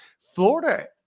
Florida